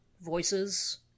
voices